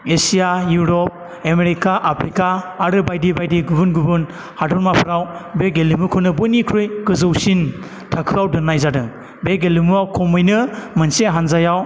Asia Europe America Africa आरो बायदि बायदि गुबन गुबुन हादरमाफोराव बे गेलेमुखौनो बयनिख्रुइ गोजौसिन थाखोआव दोन्नाय जादों बे गेलेमुवाव खमैनो मोनसे हान्जायाव